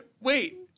wait